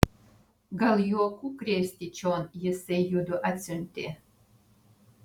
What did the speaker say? gal juokų krėsti čion jisai judu atsiuntė